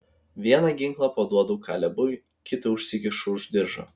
vieną ginklą paduodu kalebui kitą užsikišu už diržo